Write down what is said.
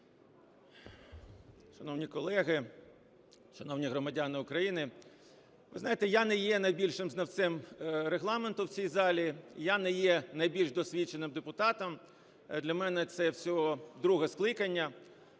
Шановні колеги, шановні громадяни України! Ви знаєте, я не є найбільшим знавцем Регламенту в цій залі. Я не є найбільш досвідченим депутатом. Для мене це всього друге скликання,